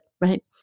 right